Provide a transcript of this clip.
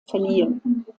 verliehen